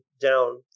down